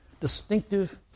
distinctive